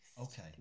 Okay